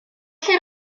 lle